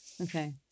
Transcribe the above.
Okay